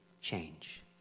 change